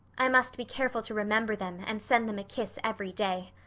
i must be careful to remember them and send them kiss every day.